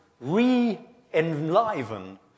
re-enliven